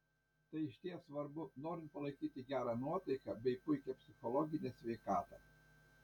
tai išties svarbu norint palaikyti gerą nuotaiką bei puikią psichologinę sveikatą